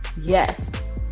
Yes